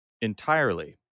entirely